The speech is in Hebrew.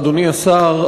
אדוני השר,